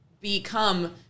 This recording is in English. become